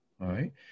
Right